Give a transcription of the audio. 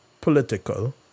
political